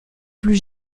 plus